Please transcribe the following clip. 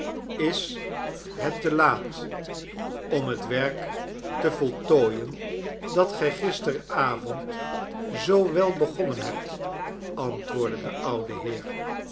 is het te laat om het werk te voltooien dat gij gisterenavond zoo wel begonnen hebt antwoordde de oude heer